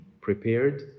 prepared